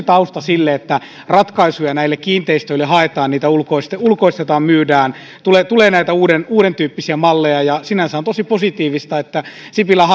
tausta sille että ratkaisuja näille kiinteistöille haetaan niitä ulkoistetaan myydään tulee tulee näitä uudentyyppisiä malleja sinänsä on tosi positiivista että sipilän